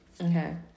Okay